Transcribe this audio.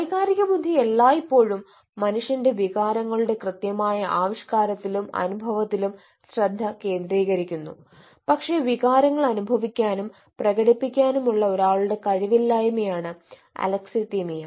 വൈകാരിക ബുദ്ധി എല്ലായ്പ്പോഴും മനുഷ്യന്റെ വികാരങ്ങളുടെ കൃത്യമായ ആവിഷ്കാരത്തിലും അനുഭവത്തിലും ശ്രദ്ധ കേന്ദ്രീകരിക്കുന്നു പക്ഷേ വികാരങ്ങൾ അനുഭവിക്കാനും പ്രകടിപ്പിക്കാനുമുള്ള ഒരാളുടെ കഴിവില്ലായ്മയാണ് അലക്സിതിമിയ